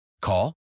Call